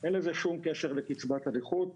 אין לזה שום קשר לקצבת הנכות,